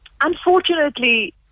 Unfortunately